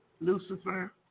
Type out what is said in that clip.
Lucifer